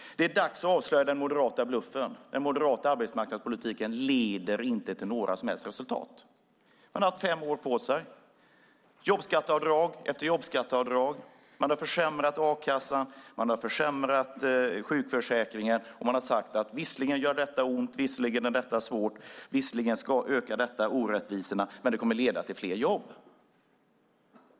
Det är dags att avslöja den moderata bluffen. Den moderata arbetsmarknadspolitiken leder inte till några som helst resultat. Ni har haft fem år på er. Vi har sett jobbskatteavdrag efter jobbskatteavdrag. Ni har försämrat a-kassan och ni har försämrat sjukförsäkringen. Ni har sagt: Visserligen gör detta ont, visserligen är det svårt och visserligen ökar det orättvisorna, men det kommer att leda till fler jobb!